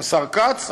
השר כץ,